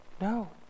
No